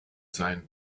sein